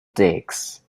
digs